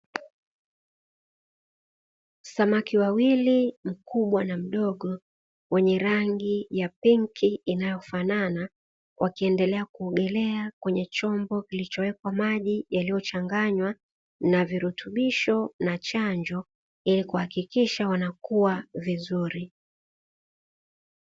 Samaki wawili mkubwa na mdogo wenye rangi ya pinki inayofanana, wakiendelea kuogelea kwenye chombo kilichowekwa maji yaliyochanganywa na virutubisho na chanjo, ili kuhakikisha wanakua vizuri.